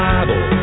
Bible